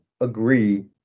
agree